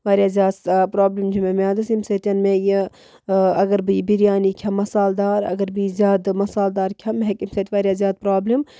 واریاہ زیادٕ آ پرٛابلِم چھِ مےٚ میٛادَس ییٚمۍ سۭتۍ مےٚ یہِ اَگر بہٕ یہِ بِریانی کھٮ۪مہٕ مصالدار اَگر بہٕ یہِ زیادٕ مصالدار کھٮ۪مہٕ مےٚ ہٮ۪کۍ اَمۍ سۭتۍ واریاہ زیادٕ پرٛابلِم